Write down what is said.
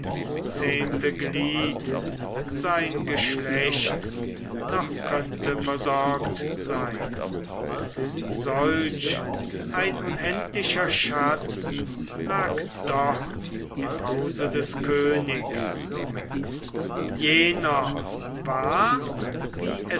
zehnte glied sein geschlecht noch könnte versorgt sein solch ein unendlicher schatz lag dort im hause des königs jener war wie